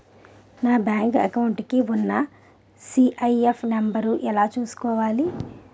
నా bank account కి ఉన్న సి.ఐ.ఎఫ్ నంబర్ ఎలా చూసుకోవాలి?